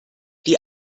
die